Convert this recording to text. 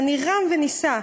אני רם ונישא,